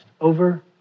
over